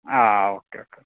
ആ okay okay okay